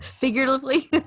Figuratively